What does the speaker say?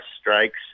strikes